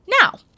Now